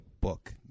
book